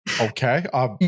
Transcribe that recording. okay